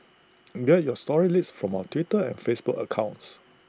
get your story leads from our Twitter and Facebook accounts